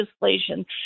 legislation